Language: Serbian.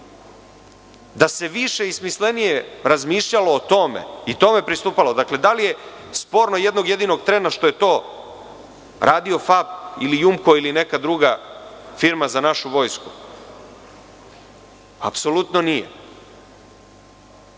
Da se više i smislenije razmišljalo o tome i tome pristupalo, dakle, da li je sporno jednog jedinog trena što je to radio FAP ili „Jumko“ ili neka druga firma za našu vojsku apsolutno nije.